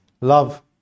love